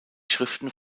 schriften